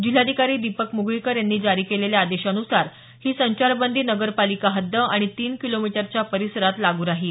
जिल्हाधिकारी दिपक म्गळीकर यांनी जारी केलेल्या आदेशानुसार ही संचारबंदी नगरपालिका हद्द आणि तीन किलोमिटरच्या परिसरात लागू राहील